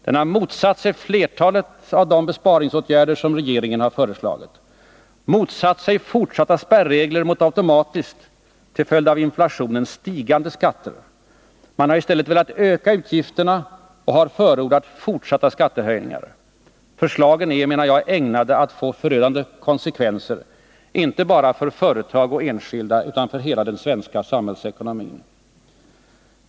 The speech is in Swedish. Den har motsatt sig flertalet av de besparingsåtgärder som regeringen föreslagit. Den har motsatt sig fortsatta spärregler mot automatiskt, till följd av inflationen stigande skatter. Man har i stället velat öka utgifterna och har förordat fortsatta skattehöjningar. De förslagen är ägnade att få förödande konsekvenser, inte bara för företag och enskilda utan för hela den svenska samhällsekonomin.